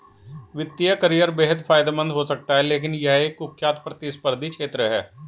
वित्तीय करियर बेहद फायदेमंद हो सकता है लेकिन यह एक कुख्यात प्रतिस्पर्धी क्षेत्र है